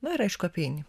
nu ir aišku apeini